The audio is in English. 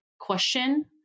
question